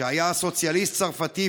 שהיה סוציאליסט צרפתי,